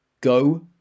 go